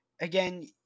Again